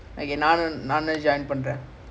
how they play back the two two ah